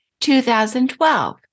2012